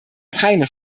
keine